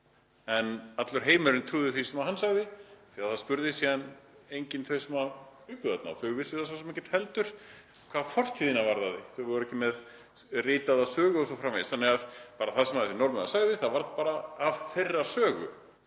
En allur heimurinn trúði því sem hann sagði því það spurði síðan enginn þau sem bjuggu þarna og þau vissu það svo sem ekkert heldur hvað fortíðina varðaði. Þau voru ekki með ritaða sögu o.s.frv. Þannig að það sem þessi Norðmaður sagði varð bara að þeirra sögu